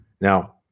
Now